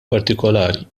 partikolari